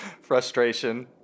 frustration